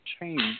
change